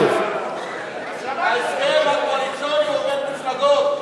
ההסכם הקואליציוני הוא בין מפלגות.